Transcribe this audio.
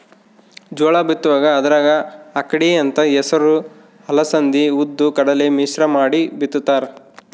ಜೋಳ ಬಿತ್ತುವಾಗ ಅದರಾಗ ಅಕ್ಕಡಿ ಅಂತ ಹೆಸರು ಅಲಸಂದಿ ಉದ್ದು ಕಡಲೆ ಮಿಶ್ರ ಮಾಡಿ ಬಿತ್ತುತ್ತಾರ